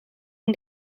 een